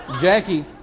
Jackie